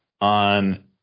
on